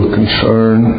concern